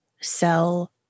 sell